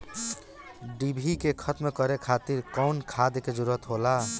डिभी के खत्म करे खातीर कउन खाद के जरूरत होला?